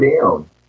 down